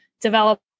develop